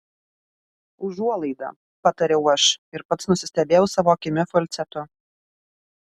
užuolaida patariau aš ir pats nusistebėjau savo kimiu falcetu